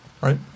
Right